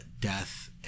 death